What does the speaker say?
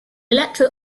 electro